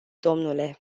domnule